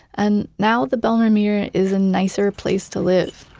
and now the bijlmermeer is a nicer place to live.